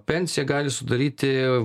pensija gali sudaryti